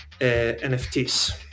NFTs